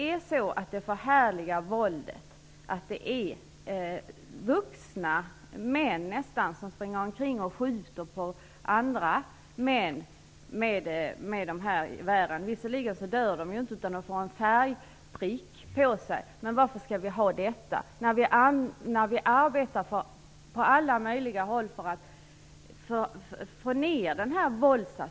Dessa spel och lekar innebär att vuxna män springer och skjuter på andra män - låt vara att de inte dör utan får en färgprick på sig. Det förhärligar våldet. Varför skall vi ha detta, när vi på alla möjliga sätt arbetar för att minska våldet?